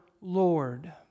Lord